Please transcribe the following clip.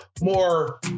more